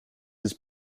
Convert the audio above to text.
his